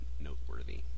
noteworthy